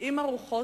עם ארוחות,